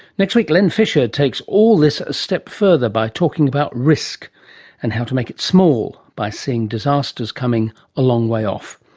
next week len fisher takes all this a step further by talking about risk and how to make it small by seeing disasters coming a long way off.